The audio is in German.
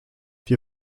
die